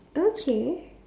okay